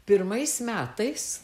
pirmais metais